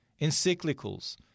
encyclicals